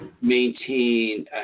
maintain